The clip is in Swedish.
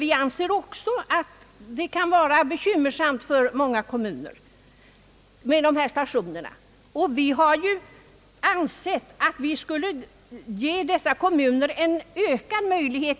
Vi är på det klara med att många kommuner härvidlag kan komma i ett bekymmersamt läge.